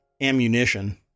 ammunition